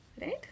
Right